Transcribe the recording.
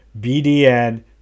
BDN